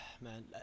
man